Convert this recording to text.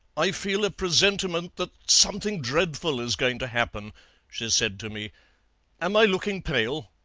i feel a presentiment that something dreadful is going to happen she said to me am i looking pale